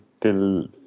till